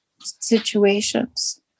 situations